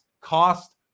cost